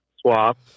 swap